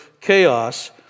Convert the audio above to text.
chaos